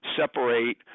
separate